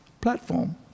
platform